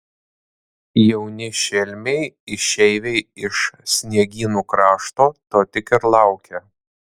jauni šelmiai išeiviai iš sniegynų krašto to tik ir laukia